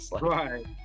Right